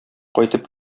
кайтып